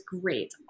great